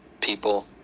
people